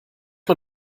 man